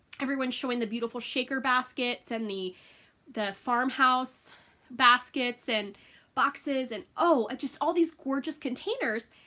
everyone showing the beautiful shaker baskets, and the the farmhouse baskets, and boxes, and oh ah just all these gorgeous containers,